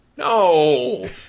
No